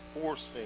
forcing